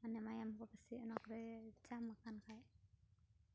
ᱢᱟᱱᱮ ᱢᱟᱭᱟᱢ ᱠᱚ ᱯᱟᱪᱮᱫ ᱚᱱᱟ ᱠᱚᱨᱮᱫ ᱡᱟᱢ ᱟᱠᱟᱱ ᱠᱷᱟᱡ